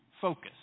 focus